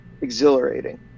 exhilarating